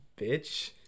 Bitch